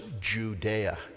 Judea